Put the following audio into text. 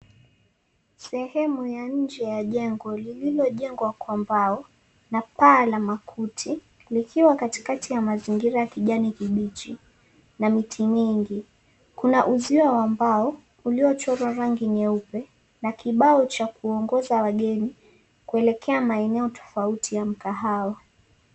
Sehemu ya nje ya jengo lililojengwa kwa mbao na paa la makuti likiwa katikati ya mazingira ya kijani kibichi na miti nyingi. Kuna uzio wa mbao uliochorwa rangi nyeupe na kibao cha kuongoza wageni kuelekea maeneo tofauti ya mkahawa.